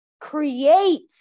creates